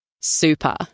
super